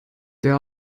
der